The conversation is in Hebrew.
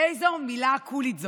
איזו מילה קולית זו.